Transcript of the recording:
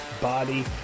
body